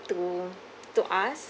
to to ask